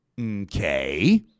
Okay